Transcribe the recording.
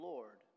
Lord